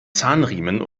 zahnriemen